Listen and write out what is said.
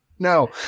no